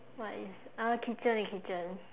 what is uh kitchen eh kitchen